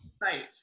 right